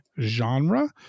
genre